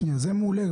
אוקיי, זה מעולה.